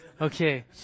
Okay